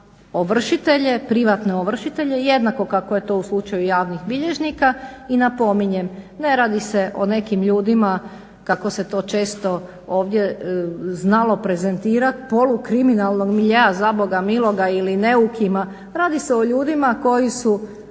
ovršitelje, privatne ovršitelje, jednako kako je to u slučaju javnih bilježnika. I napominjem, ne radi se o nekim ljudima kako se to često ovdje znalo prezentirat, polukriminalnog miljea za Boga miloga ili neukima, radi se o ljudima koji su